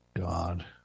God